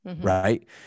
Right